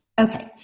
Okay